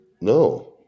no